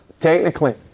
Technically